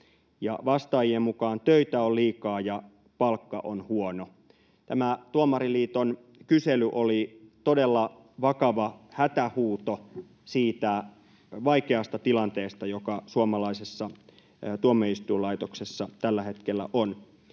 Vastaajien mukaan töitä on liikaa ja palkka on huono. Tämä Tuomariliiton kysely oli todella vakava hätähuuto siitä vaikeasta tilanteesta, joka suomalaisessa tuomioistuinlaitoksessa tällä hetkellä on.